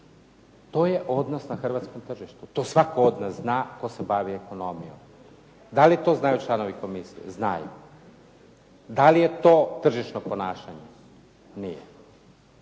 To je odnos na hrvatskom tržištu. To svatko od nas zna tko se bavi ekonomijom. Da li to znaju članovi komisije? Znaju. Da li je to tržišno ponašanje? Nije.